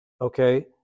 Okay